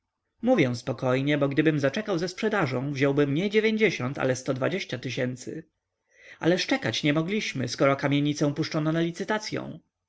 mówię spokojnie bo gdybym zaczekał ze sprzedażą wziąłbym mnie dziewięćdziesiąt sto dwadzieścia tysięcy ależ czekać nie mogliśmy skoro kamienicę puszczono na licytacyą